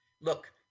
look